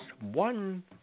one